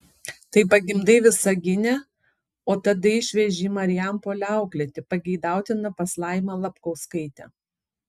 tai pagimdai visagine o tada išveži į marijampolę auklėti pageidautina pas laimą lapkauskaitę